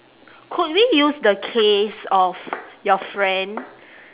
could we use the case of your friend